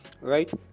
right